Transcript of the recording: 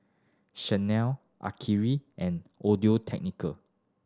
Chanel Akiri and Audio Technica